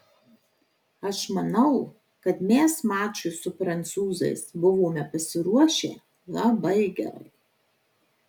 aš manau kad mes mačui su prancūzais buvome pasiruošę labai gerai